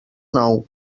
nou